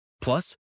Plus